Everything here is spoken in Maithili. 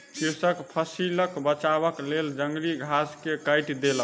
कृषक फसिलक बचावक लेल जंगली घास के काइट देलक